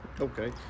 Okay